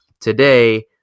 today